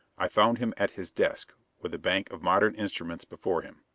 i found him at his desk with a bank of modern instruments before him.